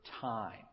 time